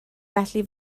felly